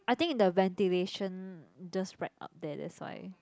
I think the ventilation just right up there that's why